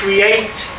create